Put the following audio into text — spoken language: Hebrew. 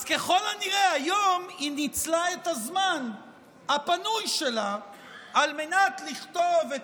אז ככל הנראה היום היא ניצלה את הזמן הפנוי שלה על מנת לכתוב את